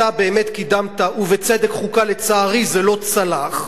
אתה באמת קידמת, ובצדק, חוקה, לצערי זה לא צלח.